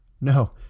No